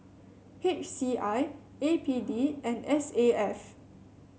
H C I A P D and S A F